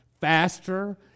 Faster